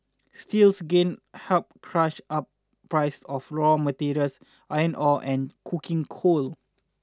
steel's gain helped push up prices of raw materials iron ore and coking coal